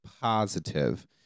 positive